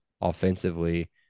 offensively